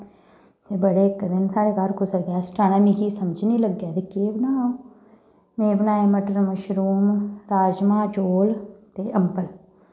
बड़े इक दिन साढ़ै घर कुसै गैस्ट आना ते मिगी समझ निं लग्गै केह् बनांऽ में बनाए मटर मशरूम राजमाह् चौल ते अंबल